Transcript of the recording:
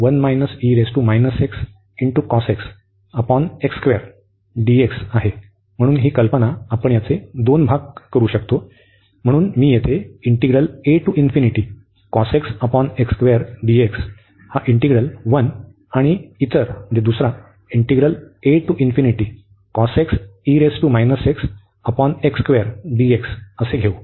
आणि पुन्हा ही कल्पना आपण याचे दोन भाग करू शकतो म्हणून मी येथे हा इंटिग्रल 1 आणि इतर घेऊ